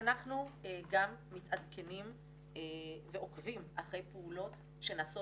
אנחנו גם מתעדכנים ועוקבים אחרי פעולות שנעשו